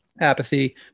apathy